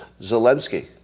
Zelensky